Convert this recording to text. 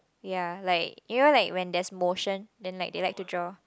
ya like you know like when there's motion then like they like to draw